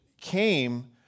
came